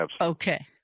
Okay